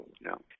No